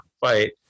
fight